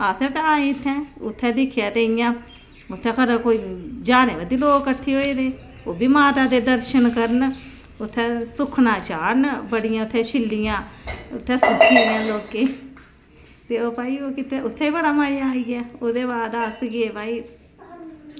असें भैंऽ इं'या इत्थें दिक्खेआ ते इत्थें कोई ज्हारें बद्ध लोग किट्ठे होये दे ओह्बी माता दे दर्शन करन उत्थें सुक्खना करन बड़ियां उत्थें छिल्लियां उत्थें लोकें ते भई इत्थें बड़ा मजा आई गेआ एह्दे बाद अस गे भई